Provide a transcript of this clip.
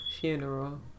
funeral